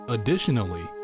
Additionally